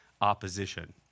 opposition